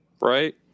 right